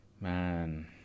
man